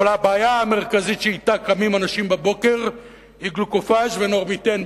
אבל הבעיה המרכזית שאתה קמים אנשים בבוקר היא "גלוקופאג''" ו"נורמיטן",